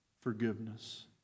forgiveness